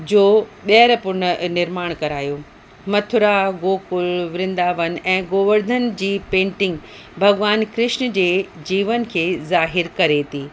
जो ॿीहर पुन निर्माण करायो मथुरा गोकुल वृंदावन ऐं गोवर्धन जी पेंटिंग भॻिवानु कृष्न जे जीवन खे ज़ाहिर करे थी